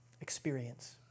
experience